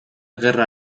gerra